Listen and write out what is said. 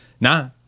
Nah